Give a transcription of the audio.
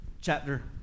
chapter